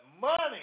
money